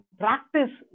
practice